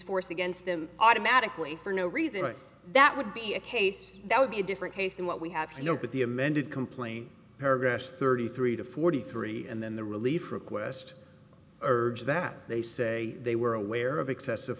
force against them automatically for no reason but that would be a case that would be a different case than what we have here with the amended complaint paragraph thirty three to forty three and then the relief request urge that they say they were aware of excessive